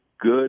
good